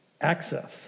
access